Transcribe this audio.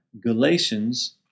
Galatians